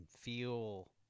feel